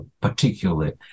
particularly